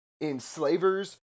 enslavers